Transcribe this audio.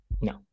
No